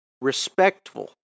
respectful